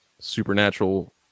supernatural